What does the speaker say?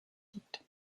liegt